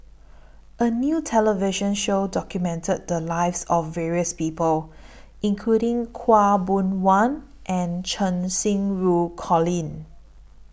A New television Show documented The Lives of various People including Khaw Boon Wan and Cheng Xinru Colin